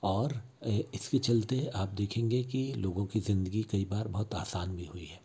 और इसके चलते अगर आप देखेंगे कि लोगों की ज़िंदगी कई बार बहुत आसान भी हुई है